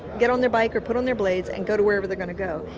get on their bike or put on their blades, and go to wherever they're going to go.